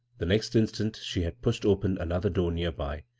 the next instant she had pushed open another door near by,